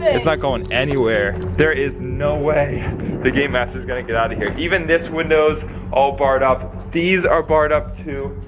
ah it's not going anywhere. there is no way the game master's gonna get out of here. even this window's all barred up. these are barred up too.